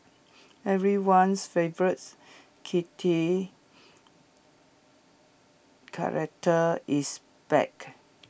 everyone's favourites kitty character is back